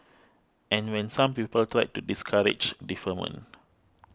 and when some people tried to discourage deferment